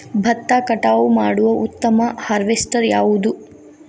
ಭತ್ತ ಕಟಾವು ಮಾಡುವ ಉತ್ತಮ ಹಾರ್ವೇಸ್ಟರ್ ಯಾವುದು?